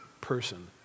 person